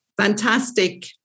fantastic